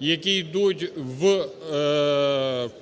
які ідуть в